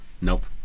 Nope